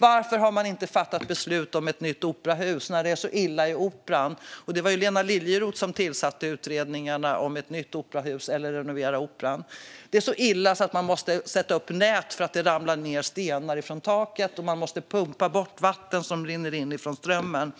Varför har man inte fattat beslut om ett nytt operahus när det är så illa i Operan? Det var Lena Liljeroth som tillsatte utredningarna om att bygga ett nytt operahus eller renovera Operan. Det är så illa att man måste sätta upp nät för att det ramlar ned stenar från taket, och man måste pumpa bort vatten som rinner in från Strömmen.